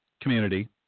community